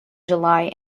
july